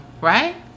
right